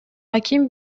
аким